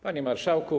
Panie Marszałku!